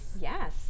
Yes